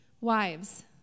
Wives